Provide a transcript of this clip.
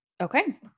Okay